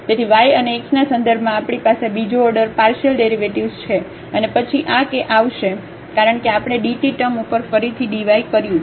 તેથી y અને x ના સંદર્ભમાં આપણી પાસે બીજો ઓર્ડર પાર્શિયલડેરિવેટિવ્ઝ છે અને પછી આ કે આવશે કારણ કે આપણે dt ટર્મ ઉપર ફરીથી dy કર્યું છે